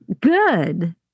good